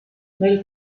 nel